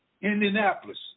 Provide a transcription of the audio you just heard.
Indianapolis